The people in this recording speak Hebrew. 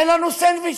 אין לנו סנדוויצ'ים.